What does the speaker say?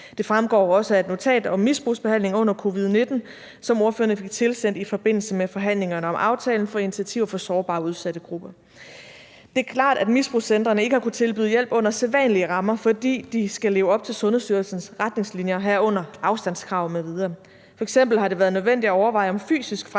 Det fremgår også af et notat om misbrugsbehandling under covid-19, som ordførerne fik tilsendt i forbindelse med forhandlingerne om aftalen for initiativer for sårbare og udsatte grupper. Det er klart, at misbrugscentrene ikke har kunnet tilbyde hjælp under sædvanlige rammer, fordi de skal leve op til Sundhedsstyrelsens retningslinjer, herunder afstandskrav m.v.; f.eks. har det været nødvendigt at overveje, om fysisk fremmøde